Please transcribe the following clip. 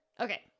okay